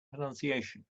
pronunciation